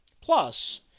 plus